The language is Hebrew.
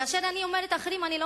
כאשר אני אומרת "אחרים", אני לא